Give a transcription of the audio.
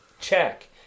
Check